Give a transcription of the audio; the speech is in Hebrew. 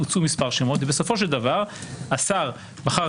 הוצעו מספר שמות, ובסופו של דבר השר בחר